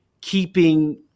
keeping